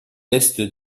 est